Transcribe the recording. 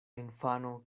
infano